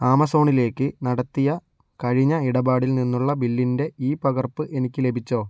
ആമസോണിലേക്ക് നടത്തിയ കഴിഞ്ഞ ഇടപാടിൽ നിന്നുള്ള ബില്ലിൻ്റെ ഇ പകർപ്പ് എനിക്ക് ലഭിച്ചോ